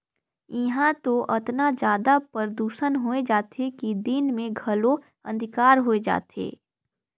इहां तो अतना जादा परदूसन होए जाथे कि दिन मे घलो अंधिकार होए जाथे